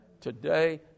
today